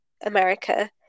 America